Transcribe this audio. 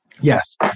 Yes